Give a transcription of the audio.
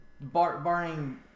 barring